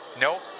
nope